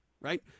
right